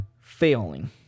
failing